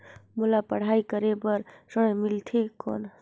मोला पढ़ाई करे बर ऋण मिलथे कौन?